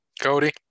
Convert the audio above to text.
cody